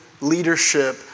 leadership